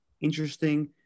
Interesting